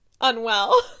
unwell